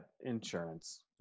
insurance